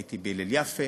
הייתי בהלל יפה,